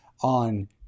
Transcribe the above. on